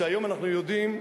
שהיום אנחנו יודעים,